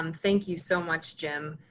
um thank you so much, jim.